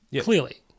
Clearly